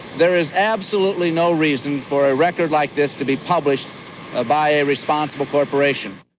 there is absolutely no reason for a record like this to be published ah by a responsible corporation